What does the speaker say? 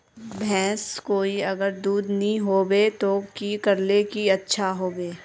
भैंस कोई अगर दूध नि होबे तो की करले ले अच्छा होवे?